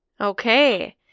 Okay